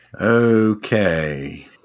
okay